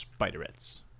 spiderets